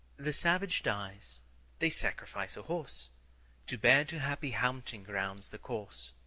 the savage dies they sacrifice a horse to bear to happy hunting-grounds the corse.